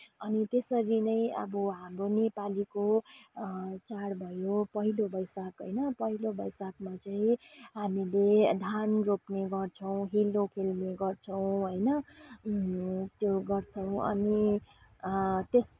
अनि त्यसरी नै अब हाम्रो नेपालीको चाड भयो पहिलो बैशाख होइन पहिलो वैशाखमा चाहिँ हामीले धान रोप्ने गर्छौँ हिलो खेल्ने गर्छौँ होइन त्यो गर्छौँ अनि